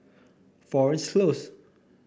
Florence Close